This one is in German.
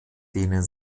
denen